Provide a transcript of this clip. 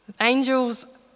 Angels